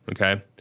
okay